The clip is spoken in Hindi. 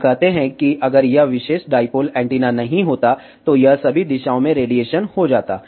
हम कहते हैं कि अगर यह विशेष डाईपोल एंटीना नहीं होता तो यह सभी दिशाओं में रेडिएशन हो जाता